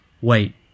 wait